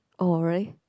or really